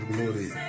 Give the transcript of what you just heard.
Glory